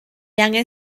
angen